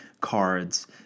cards